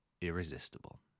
irresistible